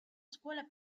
scuola